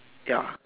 ya